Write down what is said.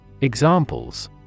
Examples